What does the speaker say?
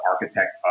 architect